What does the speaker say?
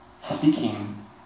speaking